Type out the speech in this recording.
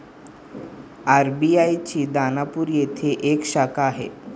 RBI ची दानापूर येथे एक शाखा आहे